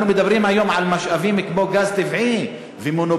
אנחנו מדברים היום על משאבים כמו גז טבעי ומונופול,